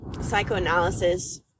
psychoanalysis